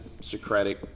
Socratic